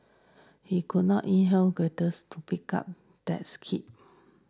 he could not inherit greatness to pick up dad keeps